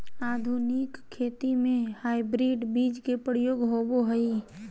आधुनिक खेती में हाइब्रिड बीज के प्रयोग होबो हइ